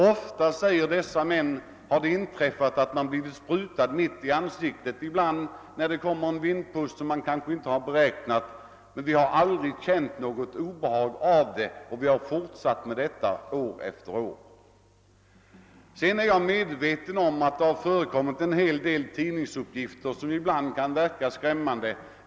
Ofta, säger dessa män, har det inträffat att man blivit sprutad mitt i ansiktet när det kommit en vindpust som man inte räknat med, men vi har aldrig känt något obehag av det, och vi har fortsatt med detta arbete år efter år. Jag är medveten om att det har förekommit en hel del tidningsuppgifter som verkat skrämmande.